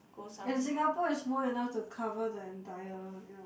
in Singapore it's more than enough to cover the entire you know